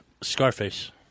Scarface